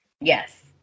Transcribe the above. Yes